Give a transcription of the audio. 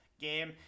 game